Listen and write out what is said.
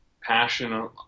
passion